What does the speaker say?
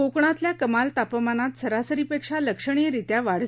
कोकणातल्या कमाल तापमानात सरासरीपेक्षा लक्षणीयरीत्या वाढ झाली